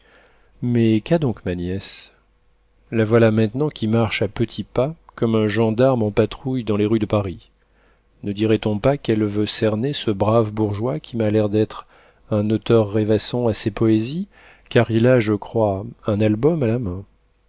mais qu'a donc ma nièce la voilà maintenant qui marche à petits pas comme un gendarme en patrouille dans les rues de paris ne dirait-on pas qu'elle veut cerner ce brave bourgeois qui m'a l'air d'être un auteur rêvassant à ses poésies car il a je crois un album à la main